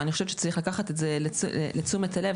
אבל אני חושבת שצריך לקחת את זה לתשומת הלב.